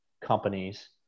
companies